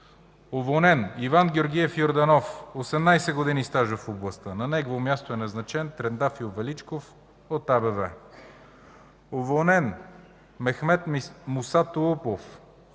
Уволнен: Иван Георгиев Йорданов, 18 години стаж в областта. На негово място е назначен Трендафил Величков от АБВ. Уволнен: Мехмед Муса Толупов.